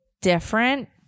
different